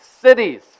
cities